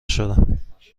شدم